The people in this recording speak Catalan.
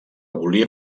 volia